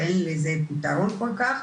ואין לזה פתרון כל כך,